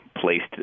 placed